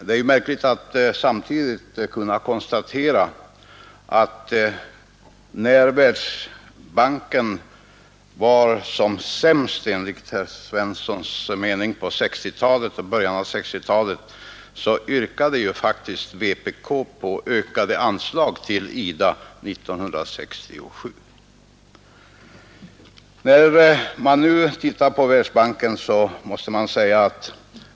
Det är märkligt att samtidigt kunna konstatera, att vänsterpartiet kommunisterna faktiskt yrkade på ökade anslag till IDA år 1967 trots att Världsbanken, enligt herr Svenssons mening, var som sämst i början av 1960-talet.